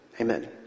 Amen